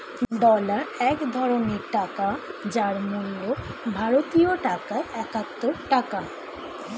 dollar এক ধরনের টাকা যার মূল্য ভারতীয় টাকায় একাত্তর টাকা